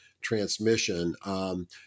transmission